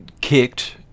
kicked